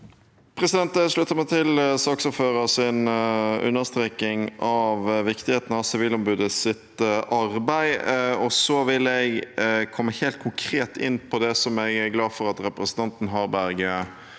Jeg slutter meg til saksordførerens understreking av viktigheten av Sivilombudets arbeid. Så vil jeg komme helt konkret inn på det som jeg er glad for at representanten Harberg